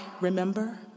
remember